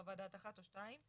חוות דעת אחת או שתיים.